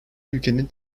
ülkenin